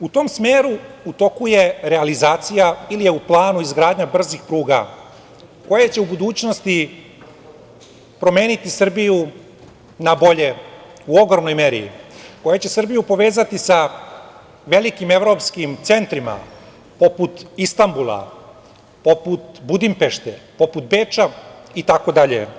U tom smeru, u toku je realizacija ili je u planu izgradnja brzih pruga, koja će u budućnosti promeniti Srbiju nabolje u ogromnoj meri, koja će Srbiju povezati sa velikim evropskim centrima, poput Istanbula, poput Budimpešte, poput Beča itd.